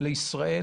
לישראל